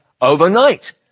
overnight